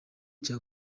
cya